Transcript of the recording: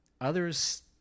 Others